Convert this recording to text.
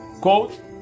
Quote